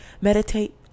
Meditate